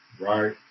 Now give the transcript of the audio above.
right